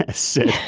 ah said